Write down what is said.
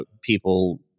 people